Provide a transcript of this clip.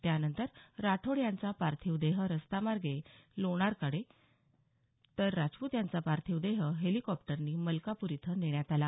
त्यानंतर राठोड यांचा पार्थिव देह रस्तामार्गे लोणारकडे तर राजपूत यांचा पार्थिव देह हेलिकॉप्टरनी मलकापूर इथं नेण्यात आला